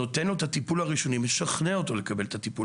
נותנים לו את הטיפול הראשוני ומשכנעים אותו לקבל את הטיפול